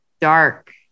dark